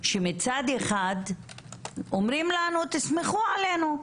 שמצד אחד אומרים לנו תסמכו עלינו,